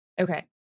Okay